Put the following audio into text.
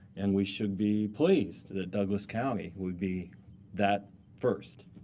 and we should be pleased that douglas county would be that first.